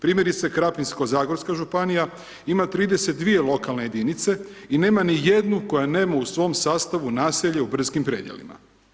Primjerice Krapinsko-zagorska županija ima 32 lokalne jedinice i nema ni jednu koja nema u svom sastavu u naselju u brdskim predjelima.